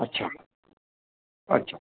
अच्छा अच्छा